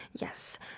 Yes